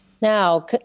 Now